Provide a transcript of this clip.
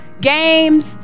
games